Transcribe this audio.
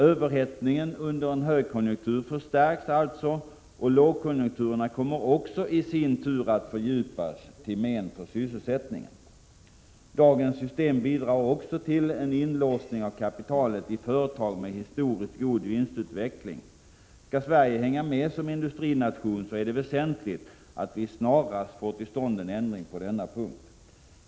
Överhettningen under en högkonjunktur förstärks, och lågkonjunkturerna kommer också i sin tur att fördjupas till men för sysselsättningen. Dagens system bidrar också till en inlåsning av kapitalet i företag med historiskt god vinstutveckling. Skall Sverige hänga med som industrination, är det väsentligt att vi snarast får till stånd en ändring på denna punkt.